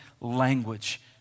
language